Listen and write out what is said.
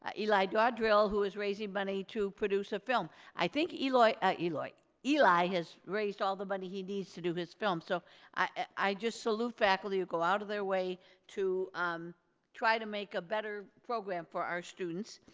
ah eli dardrill, who is raising money to produce a film. i think eli ah eli has raised all the money he needs to do his film. so i just salute faculty who go out of their way to um try to make a better program for our students.